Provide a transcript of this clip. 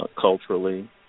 culturally